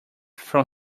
from